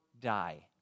die